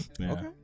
Okay